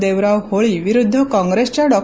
देवराव होळी विरुद्ध कॉप्रेसच्या डॉ